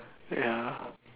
ya